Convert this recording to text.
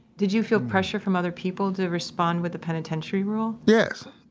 did you feel pressure from other people to respond with the penitentiary rule? yes.